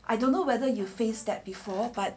I don't know whether you face that before but